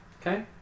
Okay